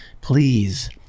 please